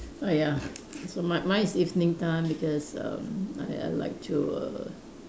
ah ya so my mine is evening time because erm I I like to err